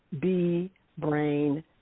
B-brain